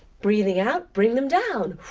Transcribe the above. breathing out, bring them down.